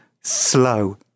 Slow